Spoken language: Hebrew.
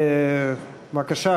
בבקשה,